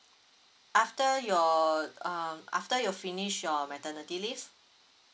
after your uh after you're finish your maternity leave